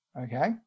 Okay